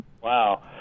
Wow